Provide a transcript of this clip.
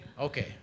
Okay